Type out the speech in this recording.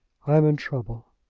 i am in trouble.